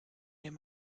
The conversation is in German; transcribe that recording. dem